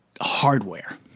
hardware